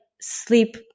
sleep